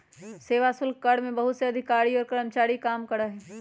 सेवा शुल्क कर में बहुत से अधिकारी और कर्मचारी काम करा हई